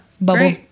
bubble